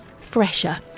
fresher